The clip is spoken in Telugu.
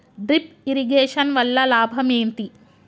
డ్రిప్ ఇరిగేషన్ వల్ల లాభం ఏంటి?